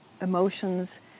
emotions